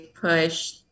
push